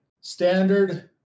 Standard